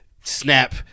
snap